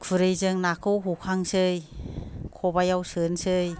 खुरैजों नाखौ हखांसै खबाइयाव सोनसै